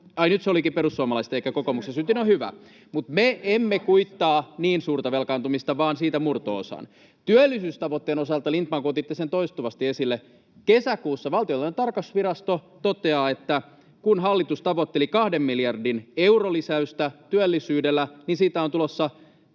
Ai, nyt se olikin perussuomalaisten eikä kokoomuksen synti, no hyvä. — Me emme kuittaa niin suurta velkaantumista vaan murto-osan siitä. Työllisyystavoitteen osalta, kun, Lindtman, otitte sen toistuvasti esille, kesäkuussa Valtiontalouden tarkastusvirasto totesi, että kun hallitus tavoitteli kahden miljardin eurolisäystä työllisyydellä, niin siitä on tulossa